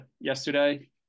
yesterday